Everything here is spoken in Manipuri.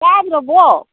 ꯇꯥꯗ꯭ꯔꯥꯕꯣ